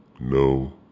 No